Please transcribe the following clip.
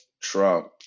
Trump